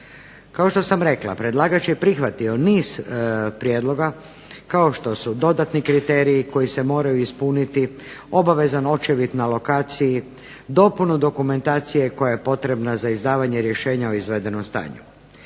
Kao što sam rekla, predlagač je prihvatio niz prijedloga kao što su dodatni kriteriji koji se moraju ispuniti, obavezan očevid na lokaciji, dopunu dokumentacije koja je potrebna za izdavanje rješenja o izvedenom stanju.